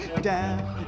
down